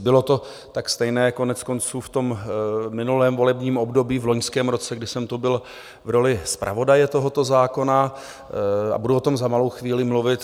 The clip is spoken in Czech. Bylo to tak stejné koneckonců v minulém volebním období v loňském roce, kdy jsem tu byl v roli zpravodaje tohoto zákona a budu o tom za malou chvíli mluvit.